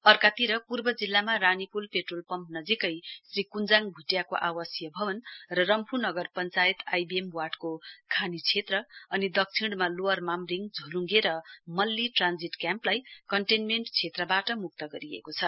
अर्कातिर पूर्व जिल्लामा रानीपूल पेट्रोल पम्प नजीकै श्री क्ञ्जाङ भ्टियाको आवासीय भवन र रम्फू नगर पञ्चायत आइबीएम वार्डको खानी क्षेत्र अनि दक्षिणमा लोवर मामरिङ झोलुङ्गे र मल्ली ट्रान्जिट क्याम्पलाई कन्टेन्मेण्ट क्षेत्रबाट म्क्त गरिएको छ